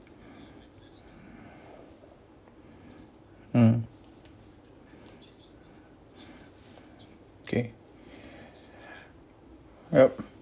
mm okay yup